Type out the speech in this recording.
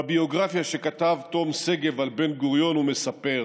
בביוגרפיה שכתב תום שגב על בן-גוריון הוא מספר